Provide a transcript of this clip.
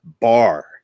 bar